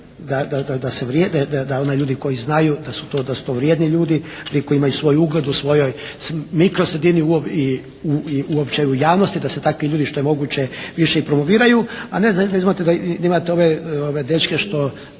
Da se, da oni ljudi koji znaju da su to vrijedni ljudi, oni koji imaju svoj ugled u svojoj mikro sredini i uopće u javnosti da se takvi ljudi što je moguće više i promoviraju a ne da … /Govornik se